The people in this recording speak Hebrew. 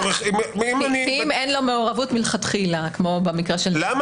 כי אם אין לו מעורבות מלכתחילה --- למה?